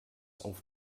auf